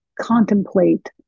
contemplate